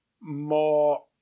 more